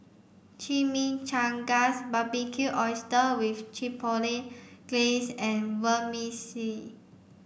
Chimichangas Barbecued Oysters with Chipotle Glaze and Vermicelli